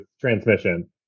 transmission